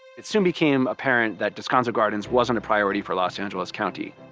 it soon became apparent that descanso gardens wasn't a priority for los angeles county.